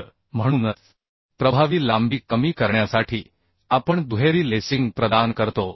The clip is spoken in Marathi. तर म्हणूनच प्रभावी लांबी कमी करण्यासाठी आपण दुहेरी लेसिंग प्रदान करतो